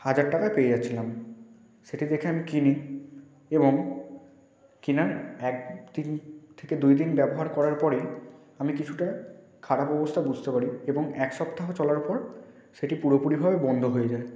হাজার টাকায় পেয়ে যাচ্ছিলাম সেটি দেখে আমি কিনি এবং কেনার এক দিন থেকে দুই দিন ব্যবহার করার পরে আমি কিছুটা খারাপ অবস্থা বুঝতে পারি এবং এক সপ্তাহ চলার পর সেটি পুরোপুরিভাবে বন্ধ হয়ে যায়